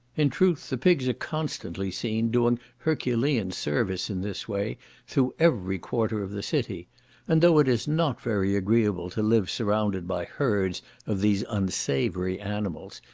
in truth the pigs are constantly seen doing herculean service in this way through every quarter of the city and though it is not very agreeable to live surrounded by herds of these unsavoury animals,